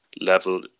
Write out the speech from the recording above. level